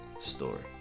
Story